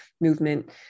movement